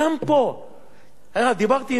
דיברתי עם דב.